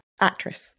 Actress